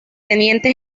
teniente